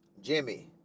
Jimmy